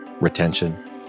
Retention